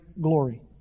glory